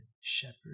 shepherd